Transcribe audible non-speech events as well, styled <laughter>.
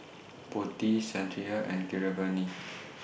Potti Satyendra and Keeravani <noise>